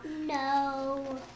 No